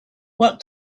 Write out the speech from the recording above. what